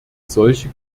solche